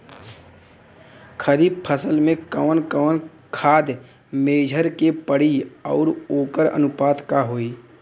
खरीफ फसल में कवन कवन खाद्य मेझर के पड़ी अउर वोकर अनुपात का होई?